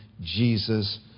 Jesus